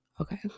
Okay